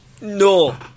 No